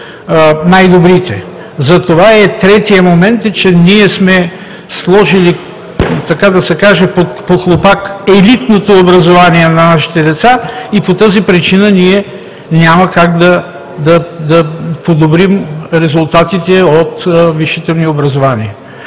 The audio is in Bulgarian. най-добрите. Затова третият момент е, че ние сме сложили под похлупак елитното образование на нашите деца и по тази причина няма как да подобрим резултатите от висшето ни образование.